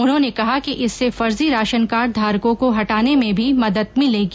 उन्होंने कहा कि इससे फर्जी राशन कार्ड धारकों को हटाने में भी मदद मिलेगी